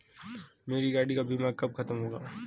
मेरे गाड़ी का बीमा कब खत्म होगा?